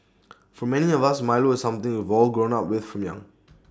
for many of us milo is something we've all grown up with from young